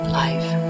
life